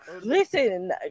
Listen